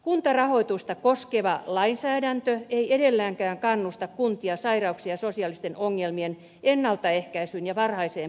kuntarahoitusta koskeva lainsäädäntö ei edelleenkään kannusta kuntia sairauksien ja sosiaalisten ongelmien ennaltaehkäisyyn ja varhaiseen puuttumiseen